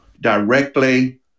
directly